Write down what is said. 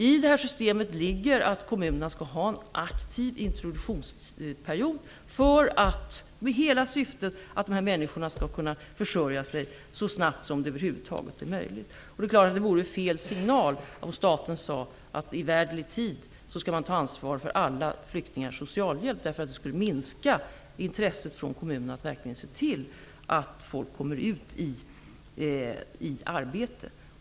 I detta system ligger att kommunerna skall ha en aktiv introduktionsperiod med syftet att dessa människor skall kunna försörja sig så snabbt som det över huvud taget är möjligt. Det vore fel signal om staten sade att den i evärdelig tid skall ta ansvar för alla flyktingars socialhjälp. Det skulle minska intresset från kommunerna att se till att människor kommer ut i arbete.